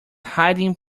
hiding